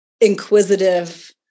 inquisitive